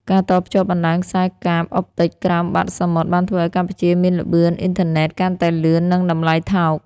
ការតភ្ជាប់បណ្ដាញខ្សែកាបអុបទិកក្រោមបាតសមុទ្របានធ្វើឱ្យកម្ពុជាមានល្បឿនអ៊ីនធឺណិតកាន់តែលឿន និងតម្លៃថោក។